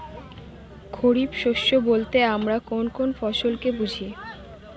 খরিফ শস্য বলতে আমরা কোন কোন ফসল কে বুঝি?